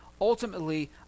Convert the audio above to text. ultimately